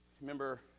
remember